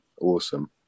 awesome